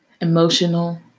emotional